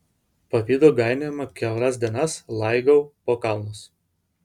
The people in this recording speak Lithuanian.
pavydo gainiojama kiauras dienas laigau po kalnus